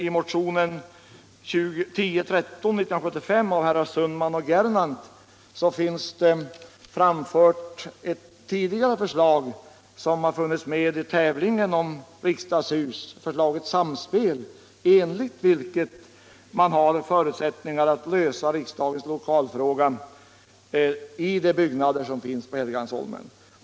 I motionen 1975:1013 av herrar Sundman och Gernandt framförs ett tidigare förslag, ”Samspel”, från tävlingen om ett nytt riksdagshus. Enligt det förslaget har man förutsättningar att lösa riksdagens lokalfråga i de byggnader som finns på Helgeandsholmen.